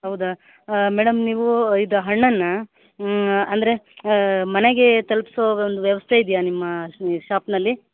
ಹೌದ ಮೇಡಮ್ ನೀವು ಇದು ಹಣ್ಣನ್ನು ಅಂದರೆ ಮನೆಗೇ ತಲ್ಪಿಸೋ ಒಂದು ವ್ಯವಸ್ಥೆ ಇದೆಯಾ ನಿಮ್ಮ ಷಾಪಿನಲ್ಲಿ